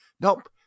Nope